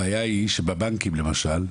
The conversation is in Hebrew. הבעיה היא שבבנקים למשל,